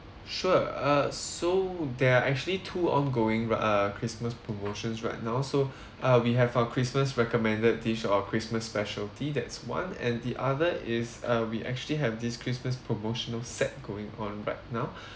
sure uh so there're actually two ongoing uh christmas promotions right now so uh we have our christmas recommended dish or christmas specialty that's one and the other is uh we actually have this christmas promotional set going on right now